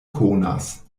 konas